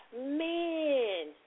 man